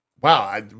Wow